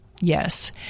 Yes